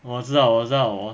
我知道我知道我